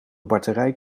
batterij